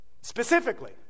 Specifically